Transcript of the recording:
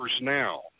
now